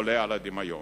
עולה על הדמיון.